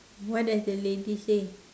what does the lady say